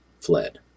fled